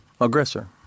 aggressor